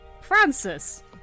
Francis